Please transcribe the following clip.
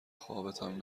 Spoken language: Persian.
خوابتم